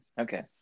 okay